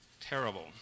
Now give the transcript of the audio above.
terrible